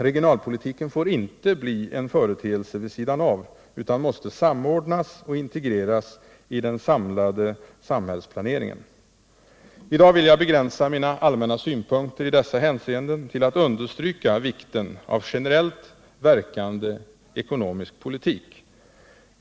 Regionalpolitiken får inte bli en företeelse vid sidan av den samlade samhällsplaneringen, utan måste samordnas med och integreras i denna. I dag vill jag begränsa mina allmänna synpunkter i dessa hänseenden till att understryka vikten av en generellt verkande ekonomisk politik.